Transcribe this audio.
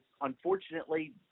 unfortunately